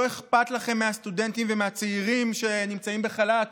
לא אכפת לכם מהסטודנטים ומהצעירים שנמצאים בחל"ת